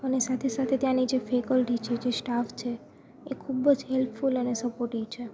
અને સાથે સાથે તેની જે ફેકલ્ટી છે જે સ્ટાફ છે એ ખૂબ જ હેલ્પફૂલ અને સપોટીવ છે